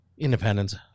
Independence